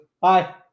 Bye